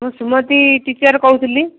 ମୁଁ ସୁମତୀ ଟିଚର୍ କହୁଥିଲି